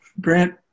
Grant